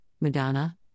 Madonna